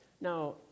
Now